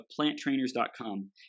PlantTrainers.com